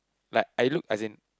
like I look as in